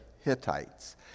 Hittites